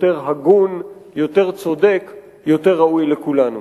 יותר הגון, יותר צודק, יותר ראוי לכולנו.